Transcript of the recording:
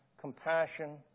compassion